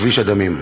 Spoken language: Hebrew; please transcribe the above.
כביש הדמים.